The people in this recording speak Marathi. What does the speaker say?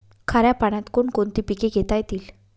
खाऱ्या पाण्यात कोण कोणती पिके घेता येतील?